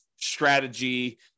strategy